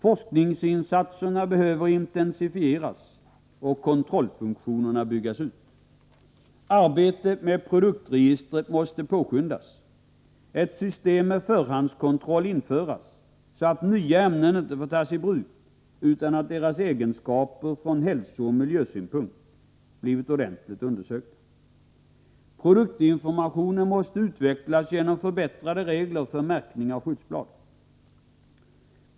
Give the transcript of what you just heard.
Forskningsinsatserna behöver intensifieras och kontrollfunktionerna byggas ut. Arbetet med produktregistret måste påskyndas. Ett system med förhandskontroll måste införas, så att nya ämnen inte får tas i bruk utan att deras egenskaper från hälsooch miljösynpunkt blivit ordentligt undersökta. Produktinformationen måste utvecklas genom förbättrade regler för märkning av skyddsblad.